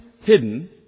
hidden